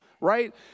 Right